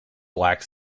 black